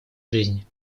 жизни